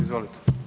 Izvolite.